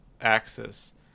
axis